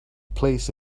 placed